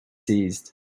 seized